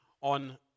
on